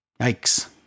Yikes